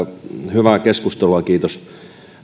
hyvää keskustelua kiitos